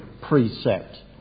precept